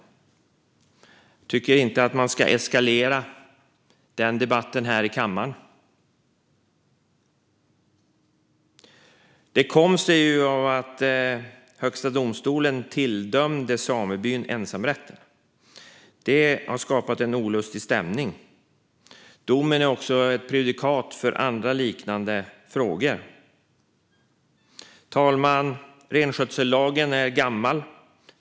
Jag tycker inte att man ska eskalera den debatten här i kammaren. Detta kom sig av att Högsta domstolen tilldömde samebyn ensamrätt, vilket har skapat en olustig stämning. Domen utgör också prejudikat för andra liknande frågor. Fru talman! Renskötsellagen är gammal.